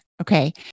Okay